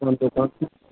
अपने दोकान छी